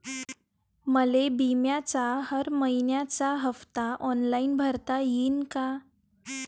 मले बिम्याचा हर मइन्याचा हप्ता ऑनलाईन भरता यीन का?